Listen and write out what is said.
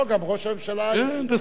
לא, גם ראש הממשלה, בסדר.